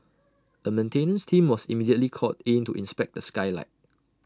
A maintenance team was immediately called in to inspect the skylight